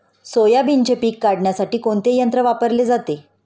सोयाबीनचे पीक काढण्यासाठी कोणते यंत्र वापरले जाते?